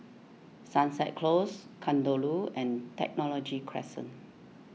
Sunset Close Kadaloor and Technology Crescent